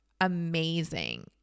amazing